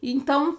Então